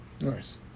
Nice